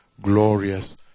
glorious